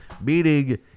meaning